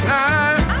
time